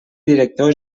director